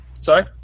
Sorry